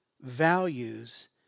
values